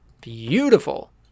Beautiful